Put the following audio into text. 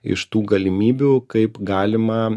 iš tų galimybių kaip galima